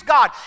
God